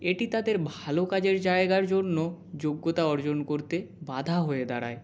এটি তাদের ভালো কাজের জায়গার জন্য যোগ্যতা অর্জন করতে বাধা হয়ে দাঁড়ায়